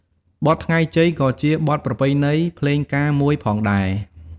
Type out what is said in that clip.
បទថ្ងៃជ័យក៏ជាបទប្រពៃណីភ្លេងការមួយផងដែរ។